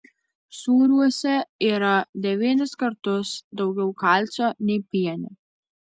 sūriuose yra devynis kartus daugiau kalcio nei piene